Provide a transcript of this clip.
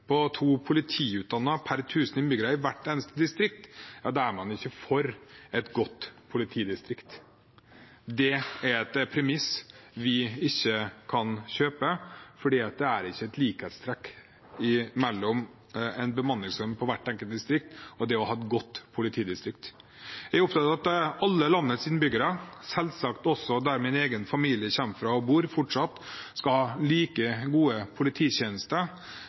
på to politiutdannede per tusen innbyggere i hvert eneste distrikt, da er man ikke for et godt politidistrikt. Det er et premiss vi ikke kan kjøpe, for det er ikke et likhetstrekk mellom en bemanningsnorm for hvert enkelt distrikt og det å ha et godt politidistrikt. Jeg er opptatt av at alle landets innbyggere, selvsagt også der min egen familie kommer fra, og fortsatt bor, skal ha like gode polititjenester